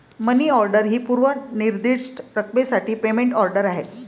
मनी order ही पूर्व निर्दिष्ट रकमेसाठी पेमेंट ऑर्डर आहे